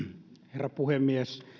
herra puhemies